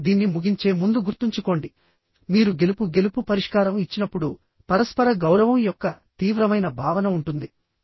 నేను దీన్ని ముగించే ముందు గుర్తుంచుకోండి మీరు గెలుపు గెలుపు పరిష్కారం ఇచ్చినప్పుడు పరస్పర గౌరవం యొక్క తీవ్రమైన భావన ఉంటుంది